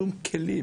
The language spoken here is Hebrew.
שום כלים